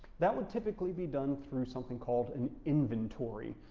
that would typically be done through something called an inventory.